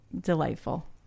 delightful